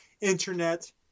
internet